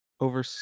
over